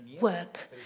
work